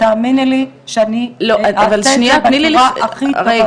תאמיני לי שאני אעשה את זה בצורה הכי טובה שאפשר.